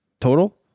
total